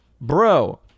bro